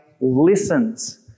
listens